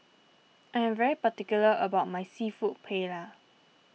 I am very particular about my Seafood Paella